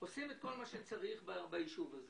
עושים את כל מה שצריך ביישוב הזה.